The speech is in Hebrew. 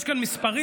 יש כאן מספרים.